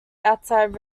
outside